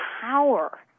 power